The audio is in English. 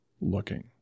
looking